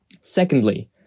Secondly